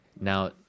Now